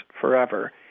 forever